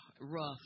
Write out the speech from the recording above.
rough